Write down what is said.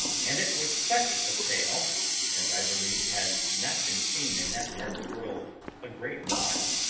and it was such a sail as i believe had not been seen in that part of the world a great while.